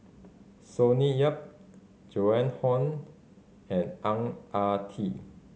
Sonny Yap Joan Hon and Ang Ah Tee